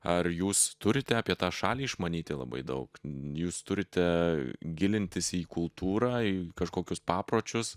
ar jūs turite apie tą šalį išmanyti labai daug jūs turite gilintis į kultūrą į kažkokius papročius